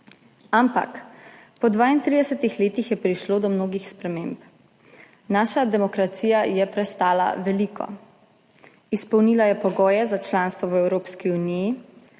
ampak po 32 letih je prišlo do mnogih sprememb. Naša demokracija je prestala veliko. Izpolnila je pogoje za članstvo v Evropski uniji,